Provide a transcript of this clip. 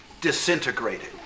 disintegrated